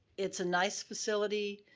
it's a nice facility,